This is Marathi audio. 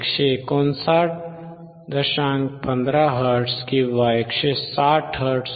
15 हर्ट्ज किंवा 160 हर्ट्झ आहे